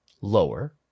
lower